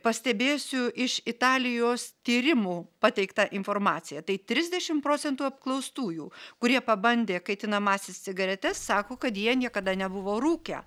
pastebėsiu iš italijos tyrimų pateiktą informaciją tai trisdešimt procentų apklaustųjų kurie pabandė kaitinamąsias cigaretes sako kad jie niekada nebuvo rūkę